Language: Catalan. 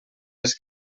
les